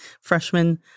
freshman